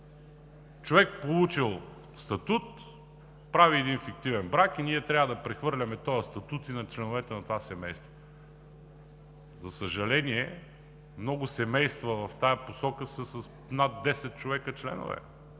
Човек, получил статут, прави фиктивен брак и ние трябва да прехвърляме този статут и на членовете на това семейство. За съжаление, много семейства в тази посока са с над 10 членове